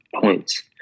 points